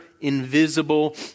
invisible